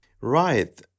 Right